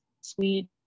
sweet